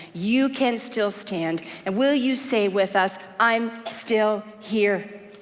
you can still stand, and will you say with us i'm still here?